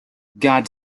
god